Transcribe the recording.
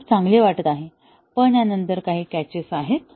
हे खूप चांगले वाटत आहे पण या नंतर काही कॅचेस आहेत